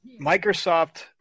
microsoft